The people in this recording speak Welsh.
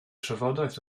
trafodaeth